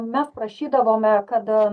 mes prašydavome kad am